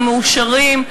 המאושרים,